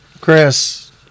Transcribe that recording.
Chris